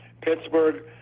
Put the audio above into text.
Pittsburgh